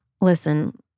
Listen